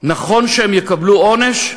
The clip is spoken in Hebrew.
נכון שהם יקבלו עונש?